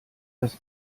dass